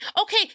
Okay